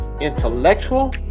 intellectual